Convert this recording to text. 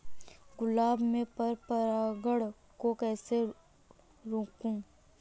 गुलाब में पर परागन को कैसे रोकुं?